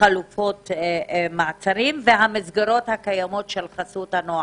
חלופות מעצרים והמסגרות הקיימות של חסות הנוער.